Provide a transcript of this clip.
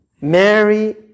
Mary